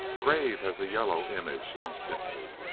grave as a yellow image instantly.